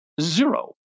zero